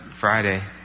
Friday